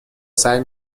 سعی